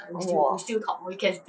!wah!